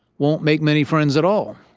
won't make many friends at all.